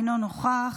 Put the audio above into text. אינו נוכח,